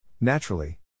Naturally